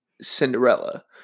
Cinderella